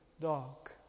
dog